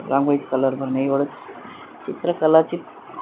रांगोळीत colour भरणे एवढंच चित्रकलाची